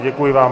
Děkuji vám.